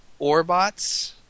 Orbots